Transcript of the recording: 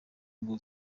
ngo